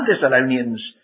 Thessalonians